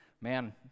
Man